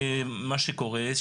מה שקורה הוא,